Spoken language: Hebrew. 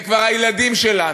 אלה כבר הילדים שלנו.